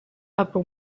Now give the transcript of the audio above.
upper